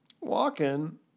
Walking